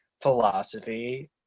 philosophy